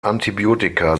antibiotika